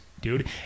dude